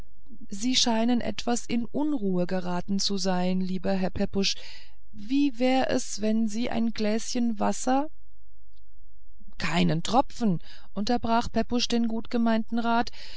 sie scheinen etwas in unruhe geraten zu sein lieber herr pepusch wie wär es wenn sie ein gläschen wasser keinen tropfen unterbrach pepusch den gutgemeinten rat